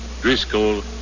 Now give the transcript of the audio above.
Driscoll